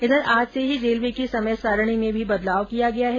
इधर आज से ही रेलवे की समय सारणी में भी बदलाव किया गया है